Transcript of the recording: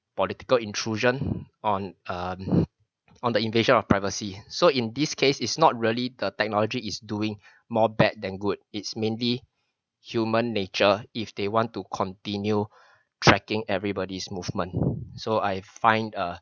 political intrusion on um on the invasion of privacy so in this case is not really the technology is doing more bad than good it's mainly human nature if they want to continue tracking everybody's movement so I find err